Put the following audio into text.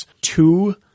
two